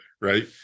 right